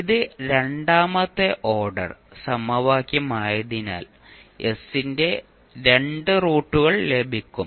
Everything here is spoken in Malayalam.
ഇത് രണ്ടാമത്തെ ഓർഡർ സമവാക്യമായതിനാൽ s ന്റെ രണ്ട് റൂട്ടുകൾ ലഭിക്കും